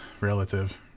relative